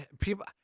people.